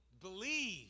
believe